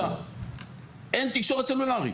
אין תקשורת סלולרית,